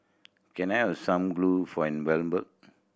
can I have some glue for envelope